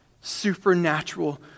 supernatural